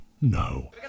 no